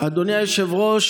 אדוני היושב-ראש,